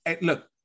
Look